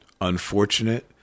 unfortunate